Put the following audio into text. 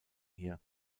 hier